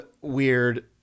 weird